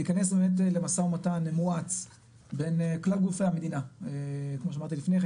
להיכנס באמת למשא ומתן מואץ בין כלל גופי המדינה כמו שאמרתי לפני כן,